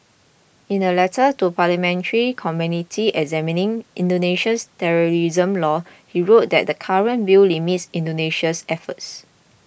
in a letter to parliamentary committee examining Indonesia's terrorism laws he wrote that the current bill limits Indonesia's efforts